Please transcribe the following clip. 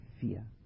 fear